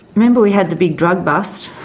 remember we had the big drug bust,